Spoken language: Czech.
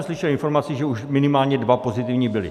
Slyšel jsem informaci, že už minimálně dva pozitivní byli.